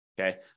okay